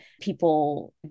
people